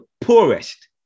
poorest